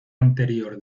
anterior